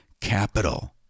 capital